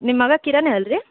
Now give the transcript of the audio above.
ನಿಮ್ಮ ಮಗ ಕಿರಣ್ ಅಲ್ಲ ರೀ